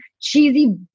cheesy